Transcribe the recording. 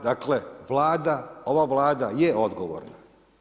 Dakle, ova Vlada je odgovorna.